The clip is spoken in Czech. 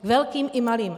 Velkým i malým.